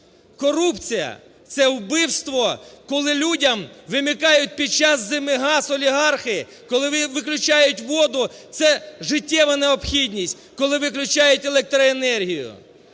Корупція – це вбивство, коли людям вимикають під час зими газ олігархи, коли виключають воду, це життєва необхідність, коли виключають електроенергію.